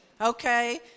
okay